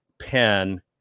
pen